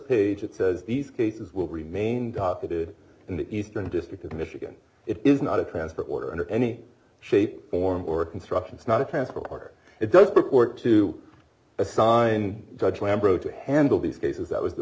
page it says these cases will remain seated in the eastern district of michigan it is not a transfer order and in any shape form or construction is not a transfer order it does purport to assign judge lambro to handle these cases that was the